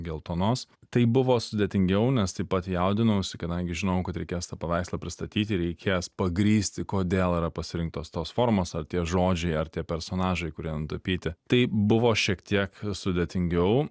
geltonos tai buvo sudėtingiau nes taip pat jaudinausi kadangi žinojau kad reikės tą paveikslą pristatyti reikės pagrįsti kodėl yra pasirinktos tos formos ar tie žodžiai ar tie personažai kurie nutapyti tai buvo šiek tiek sudėtingiau